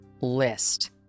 list